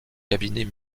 cabinets